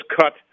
cut